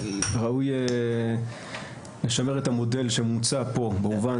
שראוי לשמר את המודל שמוצע פה במובן